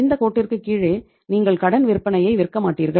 இந்த கோட்டிற்குக் கீழே நீங்கள் கடன் விற்பனையை விற்க மாட்டீர்கள்